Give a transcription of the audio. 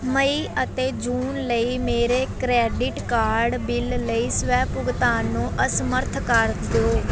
ਮਈ ਅਤੇ ਜੂਨ ਲਈ ਮੇਰੇ ਕਰੇਡਿਟ ਕਾਰਡ ਬਿੱਲ ਲਈ ਸਵੈ ਭੁਗਤਾਨ ਨੂੰ ਅਸਮਰੱਥ ਕਰ ਦਿਓ